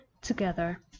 together